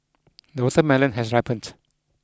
the watermelon has ripened